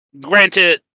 Granted